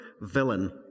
villain